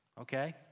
Okay